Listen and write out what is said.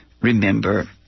remember